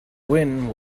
wynne